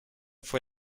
fue